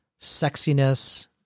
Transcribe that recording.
sexiness